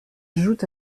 jouent